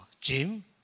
Jim